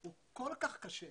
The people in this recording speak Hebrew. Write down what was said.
הוא כל כך קשה.